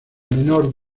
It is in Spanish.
menor